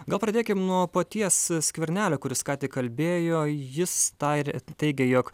gal pradėkim nuo paties skvernelio kuris ką tik kalbėjo jis tą ir teigė jog